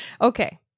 Okay